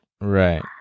Right